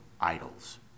idols